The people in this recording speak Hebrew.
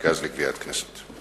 המרכז לגביית קנסות.